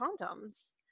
condoms